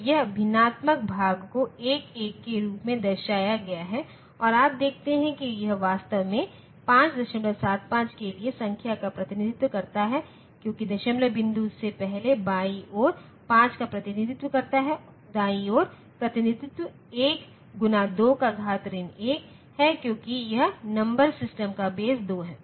तो यहां भिन्नात्मक भाग को 1 1 के रूप में दर्शाया गया है और आप देखते हैं कि यह वास्तव में 575 के लिए संख्या का प्रतिनिधित्व करता है क्योंकि दशमलव बिंदु से पहले बाईं ओर 5 का प्रतिनिधित्व करता है दाईं ओर प्रतिनिधित्व 1 गुना 2 का घात ऋण 1 है क्योंकि वह नंबर सिस्टम का बेस 2 है